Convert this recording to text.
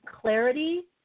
clarity